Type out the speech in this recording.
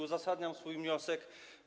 Uzasadniam swój wniosek.